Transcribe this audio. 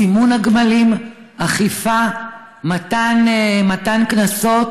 סימון הגמלים, אכיפה, מתן קנסות